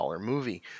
movie